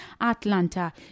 Atlanta